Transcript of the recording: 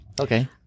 Okay